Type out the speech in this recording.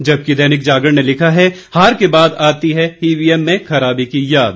जबकि दैनिक जागरण ने लिखा है हार के बाद आती है ईवीएम में खराबी की याद